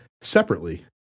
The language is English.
separately